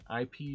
IP